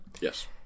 Yes